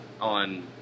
On